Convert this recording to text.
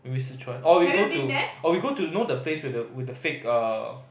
maybe Sichuan or we go to or we go to you know the place where with the fake uh